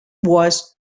was